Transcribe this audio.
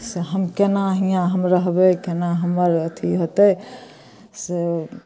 से हम केना हिआँ हम रहबय केना हमरा अथी हेतय से